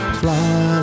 fly